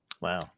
Wow